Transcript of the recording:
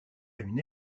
une